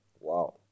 wow